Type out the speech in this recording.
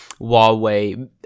Huawei